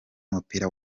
w’umupira